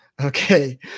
Okay